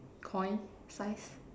coin size